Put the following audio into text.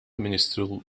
ministru